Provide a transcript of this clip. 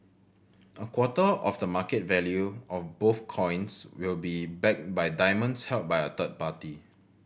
a quarter of the market value of both coins will be backed by diamonds held by a third party